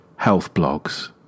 healthblogs